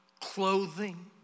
clothing